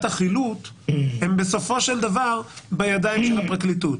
החילוט הן בסופו של דבר בידיים של הפרקליטות,